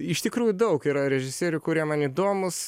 iš tikrųjų daug yra režisierių kurie man įdomūs